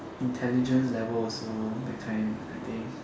intelligence level also that kind I think